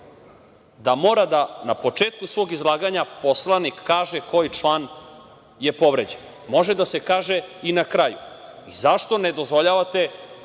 da mora da na početku svog izlaganja poslanik kaže koji član je povređen? Može da se kaže i na kraju. Zašto ne dozvoljavate